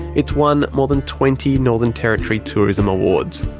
it's won more than twenty northern territory tourism awards.